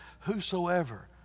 Whosoever